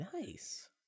Nice